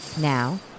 Now